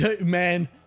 Man